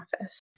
office